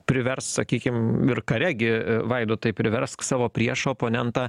priverst sakykim ir kare gi vaidotai priversk savo priešo oponentą